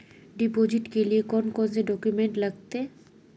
Deposit के लिए कौन कौन से डॉक्यूमेंट लगते?